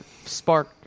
spark